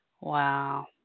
Wow